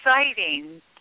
exciting